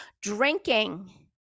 drinking